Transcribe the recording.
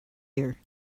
year